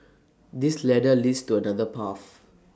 this ladder leads to another path